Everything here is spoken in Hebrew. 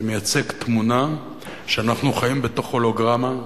זה מייצג תמונה שאנחנו חיים בתוך הולוגרמה,